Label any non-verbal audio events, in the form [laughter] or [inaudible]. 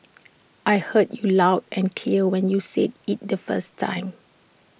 [noise] I heard you loud and clear when you said IT the first time